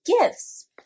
gifts